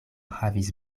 havis